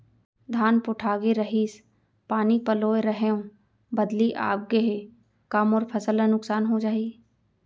धान पोठागे रहीस, पानी पलोय रहेंव, बदली आप गे हे, का मोर फसल ल नुकसान हो जाही?